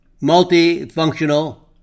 multifunctional